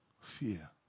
Fear